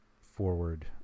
forward